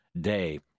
day